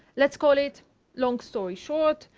let's call it long story short,